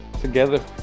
together